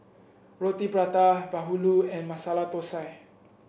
Roti Prata bahulu and Masala Thosai